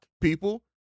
people